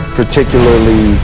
particularly